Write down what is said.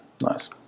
Nice